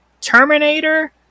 Terminator